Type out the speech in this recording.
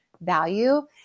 value